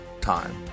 time